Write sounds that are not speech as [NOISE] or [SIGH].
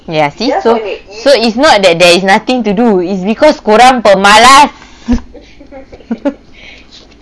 ya see so so it's not that there is nothing to do it's because kau orang pemalas [LAUGHS]